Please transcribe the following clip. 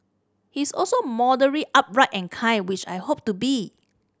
he's also morally upright and kind which I hope to be